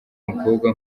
mukobwa